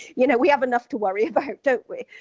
you know we have enough to worry about, don't we?